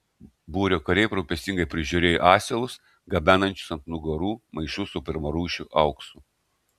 būrio kariai rūpestingai prižiūrėjo asilus gabenančius ant nugarų maišus su pirmarūšiu auksu